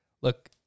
look